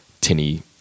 tinny